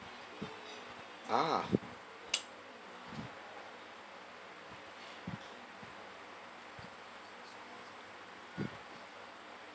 ah